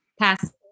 Pass